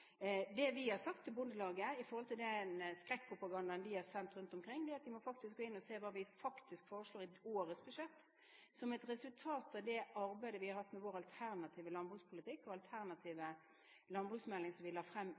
Det vi har sagt til Bondelaget i forhold til den skrekkpropagandaen de har sendt rundt omkring, er at de må gå inn og se hva vi faktisk foreslår i årets budsjett som et resultat av det arbeidet vi har hatt med vår alternative landbrukspolitikk og alternative landbruksmelding som vi la frem